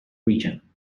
region